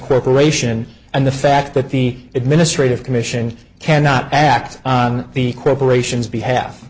corporation and the fact that the administrative commission cannot act on the corporations behalf